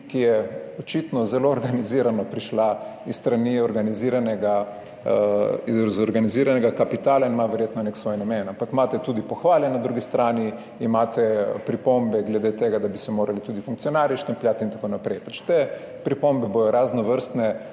ki je očitno zelo organizirano prišla s strani organiziranega kapitala in ima verjetno nek svoj namen. Ampak imate tudi pohvale na drugi strani, imate pripombe glede tega, da bi se morali tudi funkcionarji štempljati itn. Pač te pripombe bodo raznovrstne.